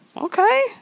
Okay